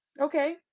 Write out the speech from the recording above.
Okay